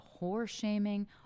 whore-shaming